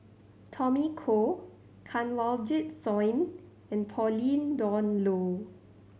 Tommy Koh Kanwaljit Soin and Pauline Dawn Loh